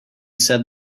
said